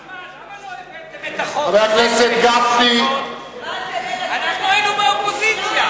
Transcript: למה לא הבאתם את החוק, מה זה, ערב פסח?